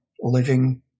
living